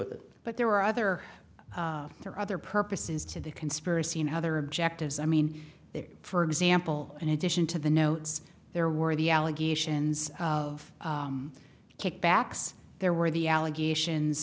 with it but there were other there are other purposes to the conspiracy and how the objectives i mean there for example in addition to the notes there were the allegations of kickbacks there were the allegations